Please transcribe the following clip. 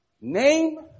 Name